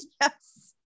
yes